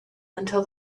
until